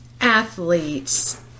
athletes